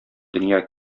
дөнья